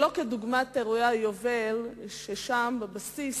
שלא כדוגמת אירועי היובל, ששם בבסיס